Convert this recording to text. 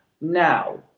Now